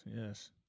Yes